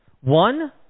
One